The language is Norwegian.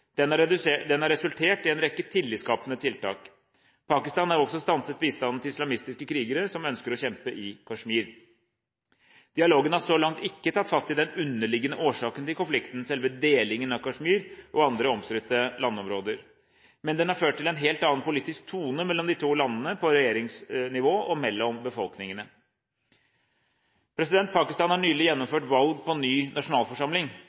rekke tillitsskapende tiltak. Pakistan har også stanset bistanden til islamistiske krigere som ønsker å kjempe i Kashmir. Dialogen har så langt ikke tatt fatt i den underliggende årsaken til konflikten, selve delingen av Kashmir og andre omstridte landområder. Den har ført til en helt annen politisk tone mellom de to landene, på regjeringsnivå og mellom befolkningene. Pakistan har nylig gjennomført valg på ny nasjonalforsamling.